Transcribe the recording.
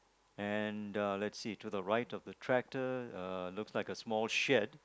and uh let's see to the right of the tractor uh looks like a small shed